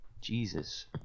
Jesus